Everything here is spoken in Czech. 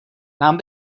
nám